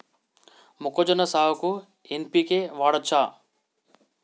మొక్కజొన్న సాగుకు ఎన్.పి.కే వాడచ్చా?